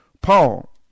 Paul